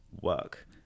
work